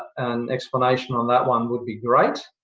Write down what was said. an explanation on that one would be great.